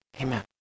Amen